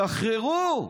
שחררו.